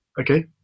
Okay